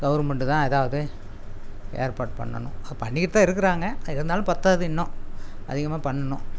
government தான் அதாவது ஏற்பாடு பண்ணனும் பண்ணிகிட்டுதான் இருக்காங்க இருந்தாலும் பத்தாது இன்னும் அதிகமாக பண்ணனும்